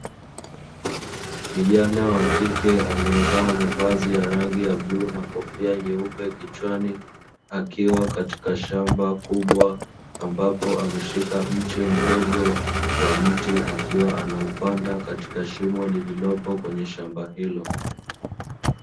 Kijana wa kike anayevaa mavazi ya rangi ya bluu na kofia nyeupe kichwani akiwa katika shamba kubwa, ambapo ameshika mche mdogo wa mti akiwa anaupanda katika shimo lililopo kwenye shamba hilo.